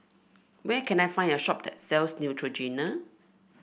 where can I find a shop that sells Neutrogena